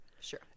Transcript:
Sure